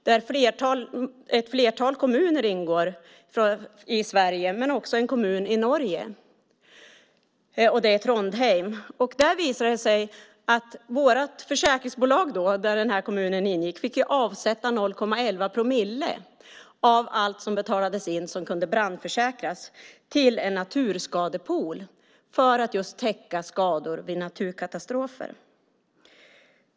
Där ingår ett flertal kommuner i Sverige, men också en kommun i Norge - Trondheim. Det visade sig att vårt försäkringsbolag, där den kommunen ingick, fick avsätta 0,11 promille av allt som betalades in för det som kunde brandförsäkras till en naturskadepool för att just täcka skador vid naturkatastrofer.